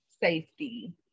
safety